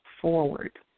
forward